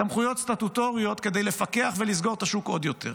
סמכויות סטטוטוריות כדי לפקח ולסגור את השוק עוד יותר.